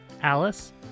Alice